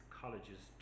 colleges